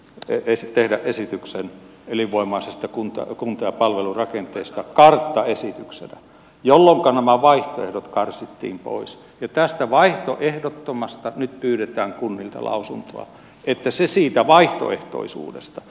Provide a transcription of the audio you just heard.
ei se tehdä esityksen elinvoimaisesta kunta on kunta ja palvelurakenteesta karttaesityksenä jolloinka nämä vaihtoehdot karsittiin pois ja tästä vaihtoehdottomasta nyt pyydetään kunnilta lausunto että se siitä vaihtoehtoisuudesta